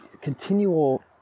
continual